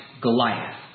Goliath